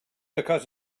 because